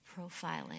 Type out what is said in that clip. profiling